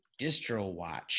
DistroWatch